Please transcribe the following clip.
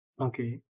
okay